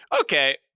Okay